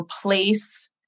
replace